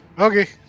Okay